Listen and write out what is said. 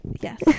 Yes